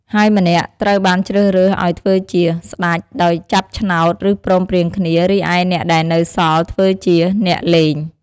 ហើយម្នាក់ត្រូវបានជ្រើសរើសឱ្យធ្វើជា "ស្តេច" ដោយចាប់ឆ្នោត ឬព្រមព្រៀងគ្នា រីឯអ្នកដែលនៅសល់ធ្វើជា "អ្នកលេង"។